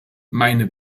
meine